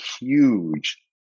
huge